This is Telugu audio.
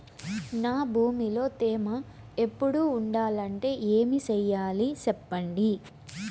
నా భూమిలో తేమ ఎప్పుడు ఉండాలంటే ఏమి సెయ్యాలి చెప్పండి?